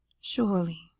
Surely